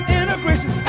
integration